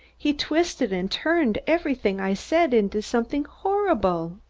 he twisted and turned everything i said into something horrible.